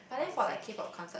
exactly